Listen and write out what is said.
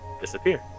disappear